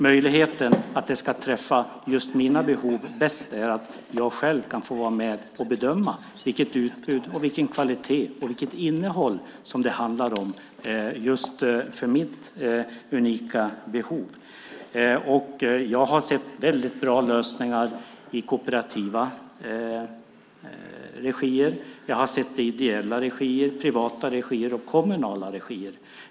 Möjligheten att uppfylla just mina behov betyder att jag själv kan vara med och bedöma utbud, kvalitet och innehåll. Det ska passa mina unika behov. Jag har sett väldigt bra lösningar i kooperativ regi, ideell regi, privat regi och kommunal regi.